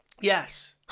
Yes